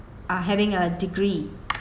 are having a degree